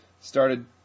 started